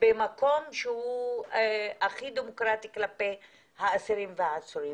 במקום שהוא הכי דמוקרטי כלפי האסירים והעצורים,